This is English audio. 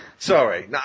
Sorry